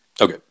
Okay